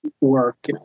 work